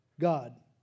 God